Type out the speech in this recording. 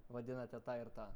vadinate tą ir tą